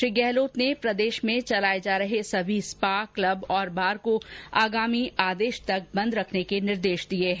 श्री गहलोत ने प्रदेश में संचालित सभी स्पा क्लब बार आदि को आगामी आदेश तक बंद करने के निर्देश दिए हैं